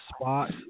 spot